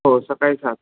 हो सकाळी सात